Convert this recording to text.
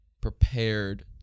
prepared